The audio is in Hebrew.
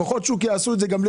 כוחות השוק יעשו את זה.